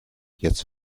jetzt